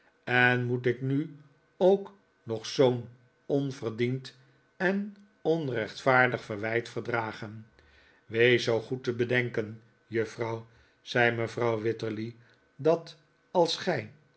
en moet ik nu ook nog zoo'n onverdiend en onrechtvaardig verwijt verdragen wees zoo goed te bedenken juffrouw zei mevrouw wititterly dat als gij